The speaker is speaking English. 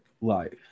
life